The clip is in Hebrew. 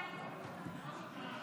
יהדות